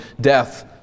death